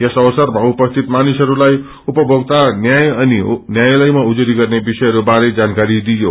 यस अवसरामा उपसित मानिसहरूलाई उपीज्ञोक्ता न्याय अनि न्यायलयामा उजुरी गब्रे विषयहरू वारे जानकाारी दिइयो